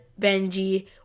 benji